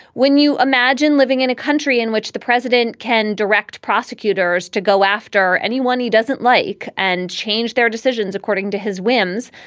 when you imagine living in a country in which the president can direct prosecutors to go after anyone he doesn't like and change their decisions according to his whims.